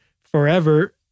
forever